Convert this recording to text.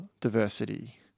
diversity